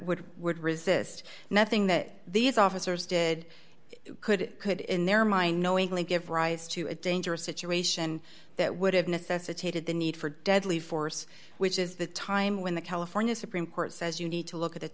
would would resist nothing that these officers did could could in their mind knowingly give rise to a dangerous situation that would have necessitated the need for deadly force which is the time when the california supreme court says you need to look at